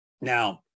Now